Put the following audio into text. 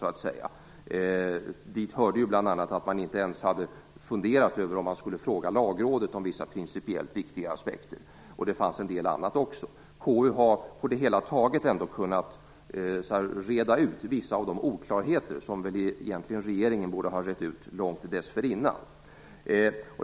Dit hörde bl.a. att man inte ens hade funderat över om man skulle fråga Lagrådet om vissa principiellt viktiga aspekter. Det fanns också en del andra problem. KU har ändå på det hela taget kunnat reda ut vissa av de oklarheter som egentligen regeringen borde ha rett ut långt dessförinnan.